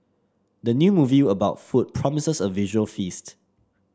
the new movie about food promises a visual feast